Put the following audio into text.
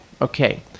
okay